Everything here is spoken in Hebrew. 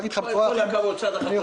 הכבוד לשר החקלאות.